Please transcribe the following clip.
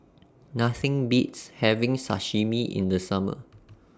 Nothing Beats having Sashimi in The Summer